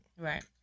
Right